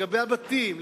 לגבי הבתים,